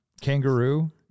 Kangaroo